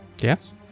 Yes